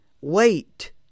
Wait